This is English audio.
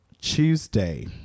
tuesday